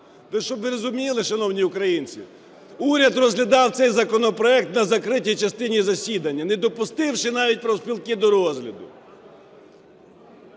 щоб ви розуміли, шановні українці, уряд розглядав цей законопроект на закритій частині засідання, не допустивши навіть профспілки до розгляду.